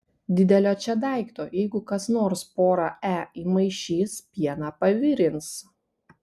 didelio čia daikto jeigu kas nors porą e įmaišys pieną pavirins